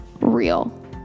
real